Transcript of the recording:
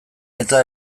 eta